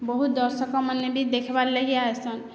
ବହୁତ୍ ଦର୍ଶକମାନେ ବି ଦେଖ୍ବାର୍ ଲାଗି ଆଏସନ୍